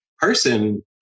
person